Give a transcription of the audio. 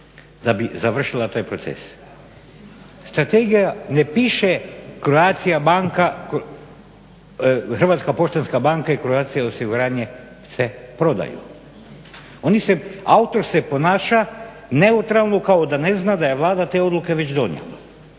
da bi završila taj proces. Strategija ne piše Croatia banka, Hrvatska poštanska banka i Croatia osiguranje se prodaju. Oni se, autor se ponaša neutralno kao da ne znam da je Vlada te odluke već donijela.